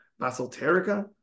Basalterica